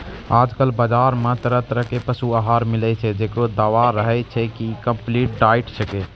आजकल बाजार मॅ तरह तरह के पशु आहार मिलै छै, जेकरो दावा रहै छै कि कम्पलीट डाइट छेकै